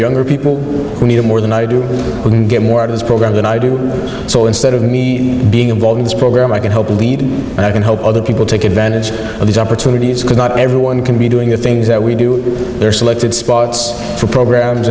younger people who need it more than i do get more out of the program than i do so instead of me being involved in this program i can help lead and i can help other people take advantage of these opportunities because not everyone can be doing the things that we do they're selected spots for programs